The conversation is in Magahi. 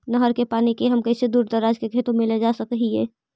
नहर के पानी के हम कैसे दुर दराज के खेतों में ले जा सक हिय?